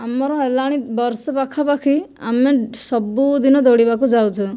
ଆମର ହେଲାଣି ବର୍ଷେ ପାଖାପାଖି ଆମେ ସବୁଦିନ ଦୌଡ଼ିବାକୁ ଯାଉଛୁ